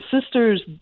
sisters